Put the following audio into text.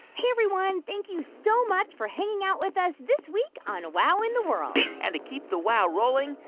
hey, everyone. thank you so much for hanging out with us this week on wow in the world and to keep the wow rolling,